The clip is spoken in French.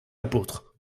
apôtres